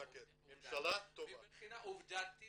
מבחינה עובדתית